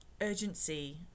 urgency